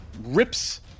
rips